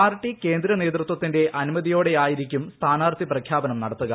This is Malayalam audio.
പാർട്ടി കേന്ദ്ര നേതൃത്വത്തിന്റെ അനുമതിയോടെയായിരിക്ക സ്ഥാനാർത്ഥി പ്രഖ്യാപനം നടത്തുക